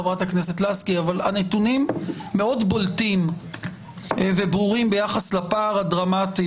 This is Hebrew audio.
מאוד בולטים וברורים ביחס לפער הדרמטי